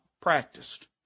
practiced